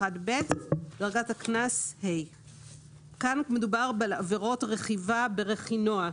50א439טו1(ב)ה כאן מדובר על עבירות רכיבה ברכינוע,